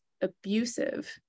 abusive